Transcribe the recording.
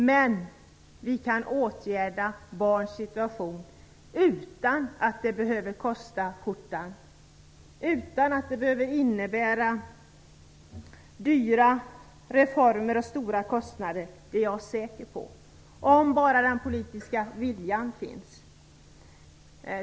Men vi kan åtgärda barns situation utan att det behöver kosta skjortan, utan att det behöver innebära dyra reformer och stora kostnader - det är jag säker på - om bara den politiska viljan finns.